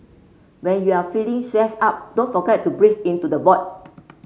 when you are feeling stressed out don't forget to breathe into the void